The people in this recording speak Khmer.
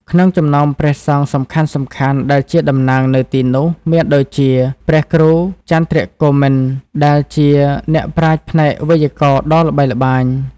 ក្នុងចំណោមព្រះសង្ឃសំខាន់ៗដែលជាតំណាងនៅទីនោះ មានដូចជា ព្រះគ្រូចន្ទ្រគោមិន ដែលជាអ្នកប្រាជ្ញផ្នែកវេយ្យាករណ៍ដ៏ល្បីល្បាញ។